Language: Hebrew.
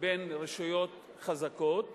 בין רשויות חזקות